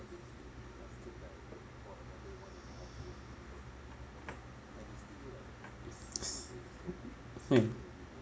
mm